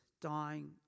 dying